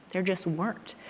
there just weren't.